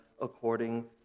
according